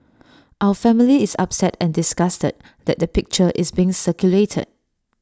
our family is upset and disgusted that the picture is being circulated